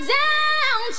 down